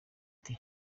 ati